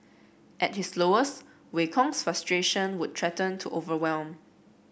at his lowest Wei Kong's frustration would threaten to overwhelm